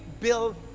bill